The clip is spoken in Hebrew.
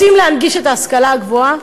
רוצים להנגיש את ההשכלה הגבוהה?